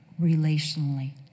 relationally